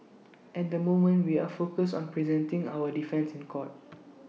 at the moment we are focused on presenting our defence in court